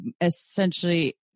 essentially